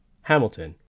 Hamilton